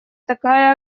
такая